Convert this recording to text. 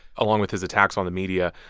along with his attacks on the media,